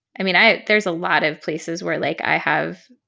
i mean, i there's a lot of places where, like, i have,